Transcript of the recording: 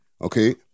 Okay